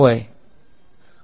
વિદ્યાર્થી કોઈ વસ્તુ નથી